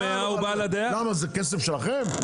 זה כסף שלכם?